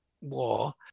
war